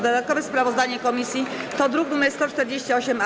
Dodatkowe sprawozdanie komisji to druk nr 148-A.